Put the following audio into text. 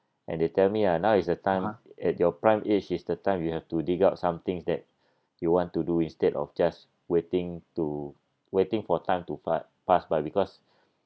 and they tell me ah now is the time at your prime age is the time you have to dig up some things that you want to do instead of just waiting to waiting for time to fa~ pass by because